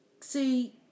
See